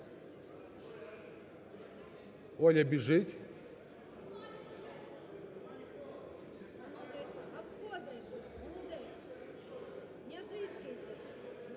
Оля біжіть.